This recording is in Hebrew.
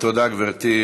תודה, גברתי.